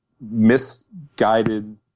misguided